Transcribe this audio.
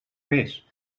més